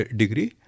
degree